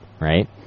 right